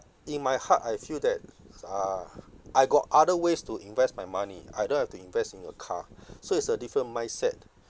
in my heart I feel that uh I got other ways to invest my money I don't have to invest in a car so it's a different mindset